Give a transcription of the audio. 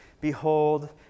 behold